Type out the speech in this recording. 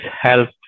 help